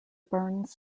burns